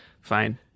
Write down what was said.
fine